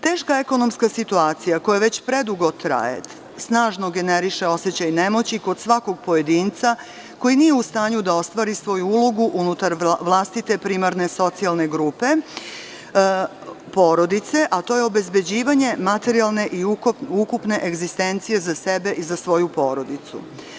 Teška ekonomska situacija, koja već predugo traje, snažno generiše osećaj nemoći kod svakog pojedinca koji nije u stanju da ostvari svoju ulogu unutar vlastite primarne socijalne grupe, porodice, a to je obezbeđivanje materijalne i ukupne egzistencije za sebe i za svoju porodicu.